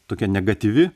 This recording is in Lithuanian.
tokia negatyvi